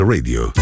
Radio